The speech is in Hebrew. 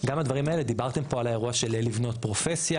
גם הדברים האלה דיברתם פה על האירוע של לבנות פרופסיה,